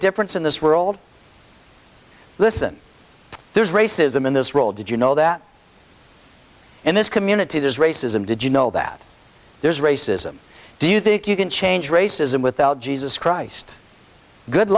difference in this world listen there's racism in this role did you know that in this community there is racism did you know that there is racism do you think you can change racism without jesus christ good